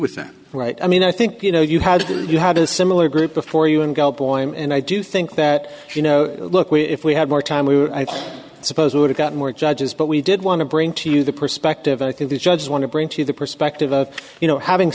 with that right i mean i think you know you had you had a similar group before you and go boy and i do think that you know look we if we had more time we were i suppose we would've got more judges but we did want to bring to you the perspective i think the judges want to bring to the perspective of you know having